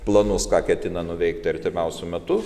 planus ką ketina nuveikti artimiausiu metu